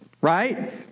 right